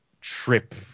Trip